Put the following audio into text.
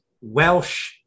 Welsh